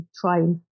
trying